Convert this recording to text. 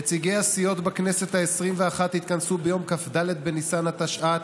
נציגי הסיעות בכנסת העשרים-ואחת התכנסו ביום כ"ד בניסן התשע"ט,